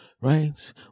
right